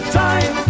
time